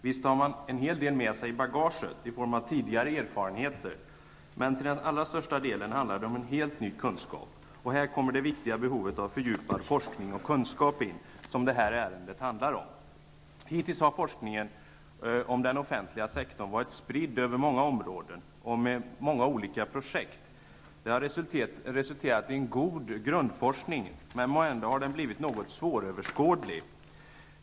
Visst har man en hel del med sig i bagaget i form av tidigare erfarenheter, men till allra största delen handlar det om en helt ny kunskap. Här kommer det viktiga behovet av fördjupad forskning och kunskap in. Det är detta som det här ärendet handlar om. Hittills har forskningen om den offentliga sektorn varit spridd över många områden och med många olika projekt. Det har resulterat i en god grundforskning, men måhända har denna blivit något svåröverskådlig.